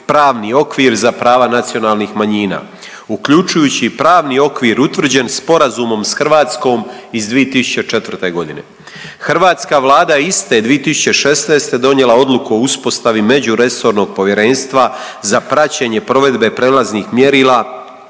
pravni okvir za prava nacionalnih manjina uključujući i pravni okvir utvrđen Sporazumom s Hrvatskom iz 2004. godine. Hrvatska Vlada iste 2016. je donijela Odluku o uspostavi međuresornog povjerenstva za praćenje provedbe prijelaznih mjerila